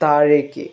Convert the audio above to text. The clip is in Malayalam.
താഴേക്ക്